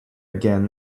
again